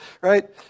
Right